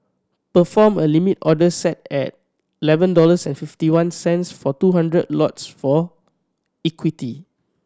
perform a Limit order set at eleven dollars and fifty one cents for two hundred lots for equity